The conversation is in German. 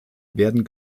werden